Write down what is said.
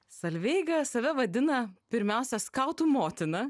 solveiga save vadina pirmiausia skautų motina